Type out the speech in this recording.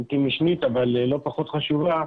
אם כי משנית אבל לא פחות חשובה,